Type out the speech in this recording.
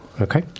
Okay